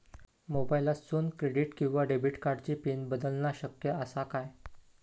मोबाईलातसून क्रेडिट किवा डेबिट कार्डची पिन बदलना शक्य आसा काय?